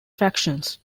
factions